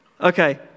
Okay